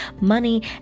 money